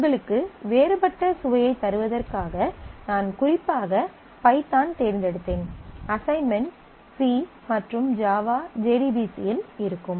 உங்களுக்கு வேறுபட்ட சுவையைத் தருவதற்காக நான் குறிப்பாக பைத்தான் தேர்ந்தெடுத்தேன் அசைன்மென்ட்ஸ் C மற்றும் ஜாவா JDBC இல் இருக்கும்